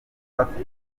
bafite